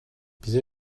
bize